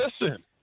Listen